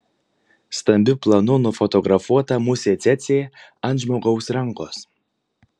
stambiu planu nufotografuota musė cėcė ant žmogaus rankos